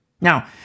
Now